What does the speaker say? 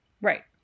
Right